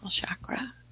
chakra